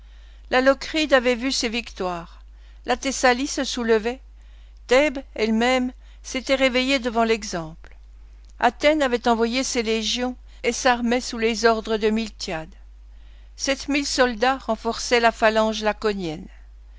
la locride avait vu ces victoires la thessalie se soulevait thèbes elle-même s'était réveillée devant l'exemple athènes avait envoyé ses légions et s'armait sous les ordres de miltiade sept mille soldats renforçaient la phalange laconienne